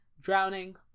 Drowning